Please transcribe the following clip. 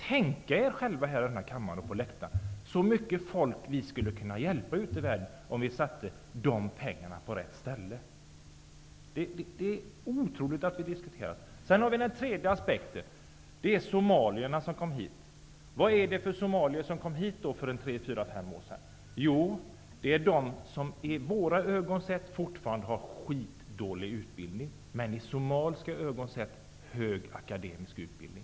Tänk er själva, ni här i kammaren och på läktaren, så mycket folk ute i världen som vi skulle kunna hjälpa om vi satte in de pengarna på rätt ställe. Det är otroligt att vi diskuterar det. Sedan har vi den tredje aspekten. Vad var det för somalier som kom hit för fyra fem år sedan? Jo, de har med våra mått mätt skitdålig utbildning, men i somaliska ögon har de hög akademisk utbildning.